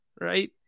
right